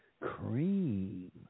Cream